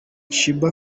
sheebah